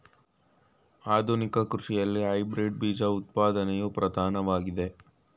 ಆಧುನಿಕ ಕೃಷಿಯಲ್ಲಿ ಹೈಬ್ರಿಡ್ ಬೀಜ ಉತ್ಪಾದನೆಯು ಪ್ರಧಾನವಾಗಿದೆ